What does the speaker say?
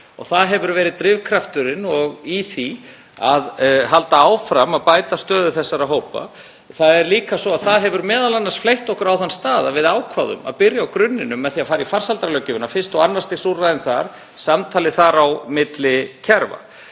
það hefur verið drifkrafturinn í því að halda áfram að bæta stöðu þessara hópa. Það hefur m.a. fleytt okkur á þann stað að við ákváðum að byrja á grunninum með því að fara í farsældarlöggjöfina, fyrsta og annars stigs úrræðin þar, samtalið þar á milli kerfa.